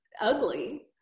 ugly